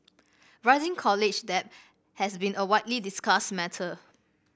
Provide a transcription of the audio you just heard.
rising college debt has been a widely discussed matter